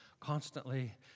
constantly